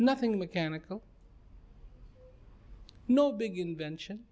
nothing mechanical no big invention